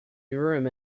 urim